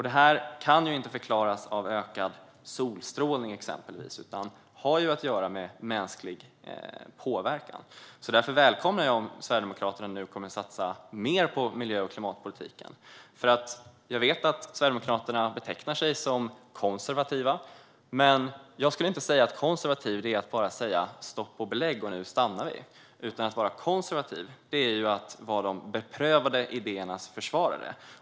Detta kan inte förklaras av exempelvis ökad solstrålning utan har att göra med mänsklig påverkan. Därför välkomnar jag om Sverigedemokraterna nu kommer att satsa mer på miljö och klimatpolitiken. Jag vet att Sverigedemokraterna betecknar sig som konservativa, men jag skulle inte säga att konservativ innebär att man bara säger stopp och belägg, nu stannar vi. Att vara konservativ är att vara de beprövade idéernas försvarare.